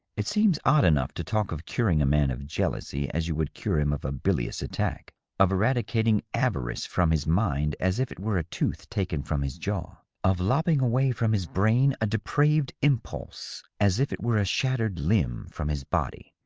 it seems odd enough to talk of curing a man of jealousy as you would cure him of a bilious attack of eradicating avarice from his mind as if it were a tooth taken from his jaw of lopping away from his brain a depraved impulse as if it were a shattered limb from his body.